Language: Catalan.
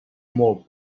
molt